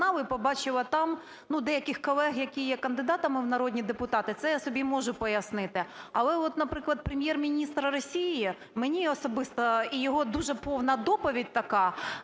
і побачила там деяких колег, які є кандидатами в народні депутати, це я собі можу пояснити, але от, наприклад, Прем'єр-міністр Росії, мене особисто і його дуже повна доповідь така